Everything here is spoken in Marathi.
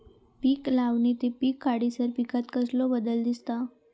पीक लावणी ते पीक काढीसर पिकांत कसलो बदल दिसता?